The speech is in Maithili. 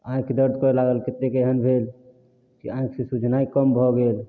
आँखि दर्द करऽ लागल कतेक एहन भेल जे आँखिसँ सूझनाइ कम भऽ गेल